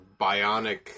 bionic